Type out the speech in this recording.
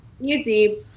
easy